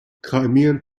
crimean